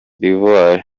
d’ivoire